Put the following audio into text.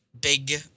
big